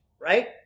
right